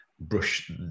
brush